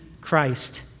Christ